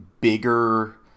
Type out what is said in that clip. bigger